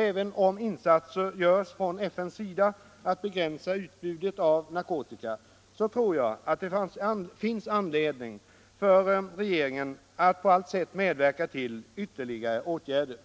Även om insatser görs från FN:s sida att begränsa utbudet av narkotika tror jag att det finns anledning för regeringen att på allt sätt medverka till ytterligare åtgärder.